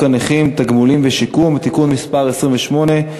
הנכים (תגמולים ושיקום) (תיקון מס' 28),